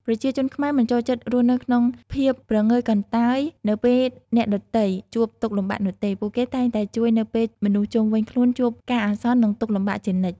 ប្រជាជនខ្មែរមិនចូលចិត្តរស់នៅក្នុងភាំពព្រងើយកន្តើយនៅពេលអ្នកដ៏ទៃជួបទុកលំបាកនោះទេ ពួកគេតែងតែជួយនៅពេលមនុស្សជំវិញខ្លួនជួបការអាសន្ននិងទុក្ខលំបាកជានិច្ច។